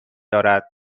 دارد